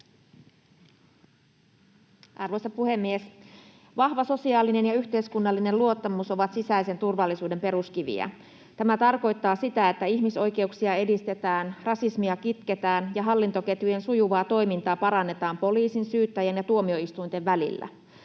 Arvoisa puhemies! Vahva sosiaalinen ja yhteiskunnallinen luottamus ovat sisäisen turvallisuuden peruskiviä. Tämä tarkoittaa sitä, että ihmisoikeuksia edistetään, rasismia kitketään ja hallintoketjujen sujuvaa toimintaa parannetaan poliisin, syyttäjän ja tuomioistuinten välillä.